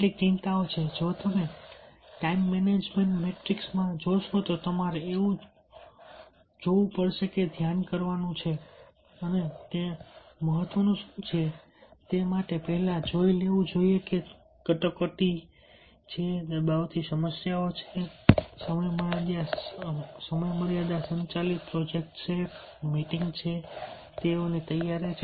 કેટલીક ચિંતાઓ છે જો તમે ટાઈમ મેનેજમેન્ટ મેટ્રિક્સ માં જોશો તો તમારે એ જોવું પડશે કે ધ્યાન રાખવાનું છે અને મહત્વનું શું છે તે માટે પહેલા જોઈ લેવું જોઈએ તે છે કટોકટી દબાવતી સમસ્યાઓ સમયમર્યાદા સંચાલિત પ્રોજેક્ટ્સ મીટિંગ્સ અને તૈયારીઓ